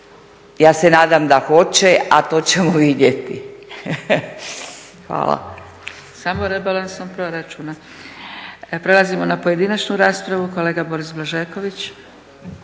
ja se nadam da hoće a to ćemo vidjeti. Hvala. **Zgrebec, Dragica (SDP)** Samo rebalansom proračuna. Prelazimo na pojedinačnu raspravu. Kolega Boris Blažeković.